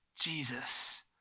Jesus